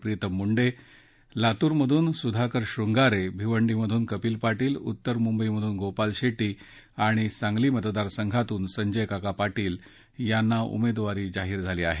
प्रीतम मुंडे लातूर सुधाकर श्रृंगारे भिवंडी कपील पाटील उत्तर मुंबई गोपाल शेट्टी आणि सांगली मतदार संघातून संजय काका पाटील यांना उमेदवारी जाहीर झाली आहे